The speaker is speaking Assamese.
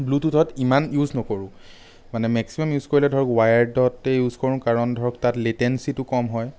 ব্লুটুথত ইমান ইউজ নকৰোঁ মানে মেক্সিমাম ইউজ কৰিলে ধৰক ৱায়াৰ্ডতেই ইউজ কৰোঁ কাৰণ ধৰক তাত লেটেনচিটো ক'ম হয়